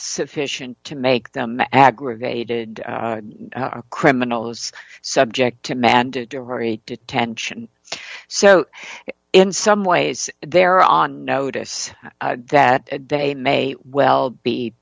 sufficient to make them aggravated or criminals subject to mandatory detention so in some ways they're on notice that they may well be